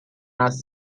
است